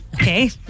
Okay